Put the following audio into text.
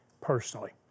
personally